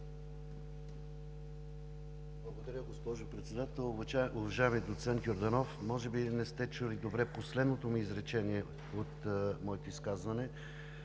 Благодаря, госпожо Председател. Уважаеми доцент Йорданов, може би не сте чули добре последното изречение от моето изказване,